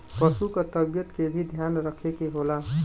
पसु क तबियत के भी ध्यान रखे के होला